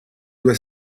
due